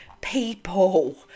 people